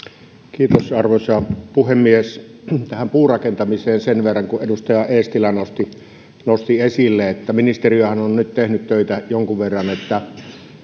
kiitoksia arvoisa puhemies tähän puurakentamiseen sen verran kun edustaja eestilä nosti sen esille että ministeriöhän on nyt tehnyt töitä jonkun verran että